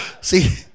see